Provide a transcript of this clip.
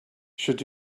should